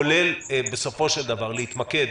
כולל בסופו של דבר להתמקד